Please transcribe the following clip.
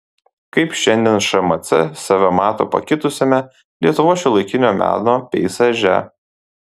kaip šiandien šmc save mato pakitusiame lietuvos šiuolaikinio meno peizaže